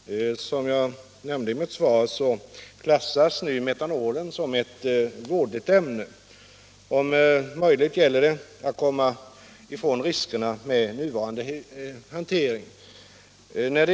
Herr talman! Som jag nämnde i mitt svar klassas nu metanolen som ett vådligt ämne. Det gäller att om möjligt komma ifrån riskerna med nuvarande hantering.